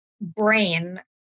brain